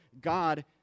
God